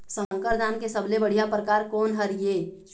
संकर धान के सबले बढ़िया परकार कोन हर ये?